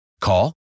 Call